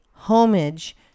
Homage